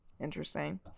interesting